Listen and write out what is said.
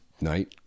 night